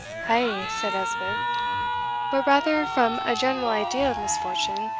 ay, said elspeth but rather from a general idea of misfortune,